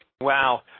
Wow